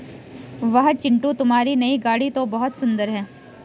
वाह चिंटू तुम्हारी नई गाड़ी तो बहुत सुंदर है